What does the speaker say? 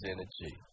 Energy